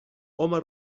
home